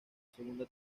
segunda